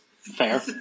Fair